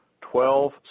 twelve